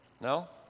No